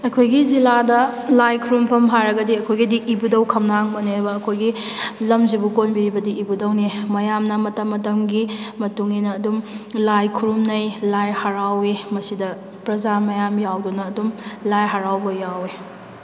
ꯑꯩꯈꯣꯏꯒꯤ ꯖꯤꯜꯂꯥꯗ ꯂꯥꯏ ꯈꯨꯔꯨꯝꯐꯝ ꯍꯥꯏꯔꯒꯗꯤ ꯑꯩꯈꯣꯏꯒꯤꯗꯤ ꯏꯕꯨꯙꯧ ꯈꯝꯅꯥꯡꯕꯅꯦꯕ ꯑꯩꯈꯣꯏꯒꯤ ꯂꯝꯁꯤꯕꯨ ꯀꯣꯟꯕꯤꯔꯤꯕꯗꯤ ꯏꯕꯨꯙꯧꯅꯤ ꯃꯌꯥꯝꯅ ꯃꯇꯝ ꯃꯇꯝꯒꯤ ꯃꯇꯨꯡ ꯏꯟꯅ ꯑꯗꯨꯝ ꯂꯥꯏ ꯈꯨꯔꯨꯝꯅꯩ ꯂꯥꯏ ꯍꯥꯔꯥꯎꯏ ꯃꯁꯤꯗ ꯄ꯭ꯔꯖꯥ ꯃꯌꯥꯝ ꯌꯥꯎꯗꯨꯅ ꯑꯗꯨꯝ ꯂꯥꯏ ꯍꯥꯔꯥꯎꯕ ꯌꯥꯎꯏ